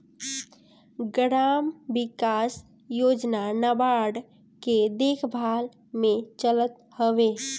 gram विकास योजना नाबार्ड के देखरेख में चलत हवे